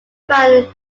band